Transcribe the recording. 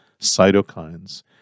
cytokines